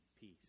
peace